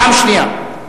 פעם שנייה.